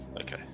Okay